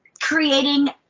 creating